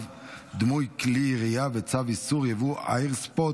דמוי כלי ירייה והארכת תוקף צו איסור ייבוא כלי איירסופט),